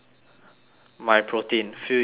my protein fuel your ambition